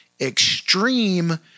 extreme